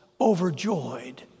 overjoyed